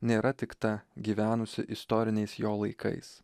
nėra tik ta gyvenusi istoriniais jo laikais